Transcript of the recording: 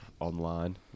online